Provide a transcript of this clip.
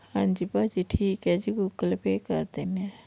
ਹਾਂਜੀ ਭਾਅ ਜੀ ਠੀਕ ਹੈ ਜੀ ਗੂਗਲ ਪੇਅ ਕਰ ਦਿੰਦੇ ਹਾਂ